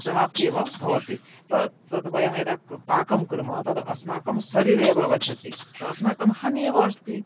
समाप्त्येव भवति तदा तत् वयं यदा पाकं कुर्मः तत् अस्माकं शरीरे एव आगच्छति तद् अस्माकं हानि एव अस्ति